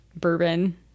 bourbon